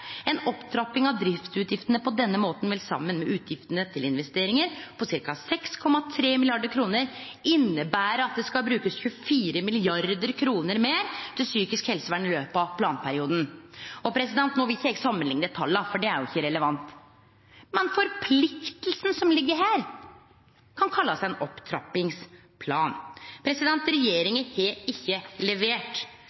En opptrapping av driftsutgiftene på denne måten vil sammen med utgiftene til investeringer på ca 6,3 mrd. kroner innebære at det skal brukes om lag 24 mrd. kroner mer til psykisk helsevern i løpet av planperioden.» No vil ikkje eg samanlikne tala, for det er ikkje relevant. Men forpliktinga som ligg her, kan kallast ein opptrappingsplan.